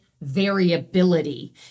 variability